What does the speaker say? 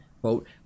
quote